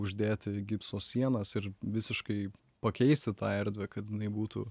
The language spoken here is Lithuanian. uždėti gipso sienas ir visiškai pakeisti tą erdvę kad jinai būtų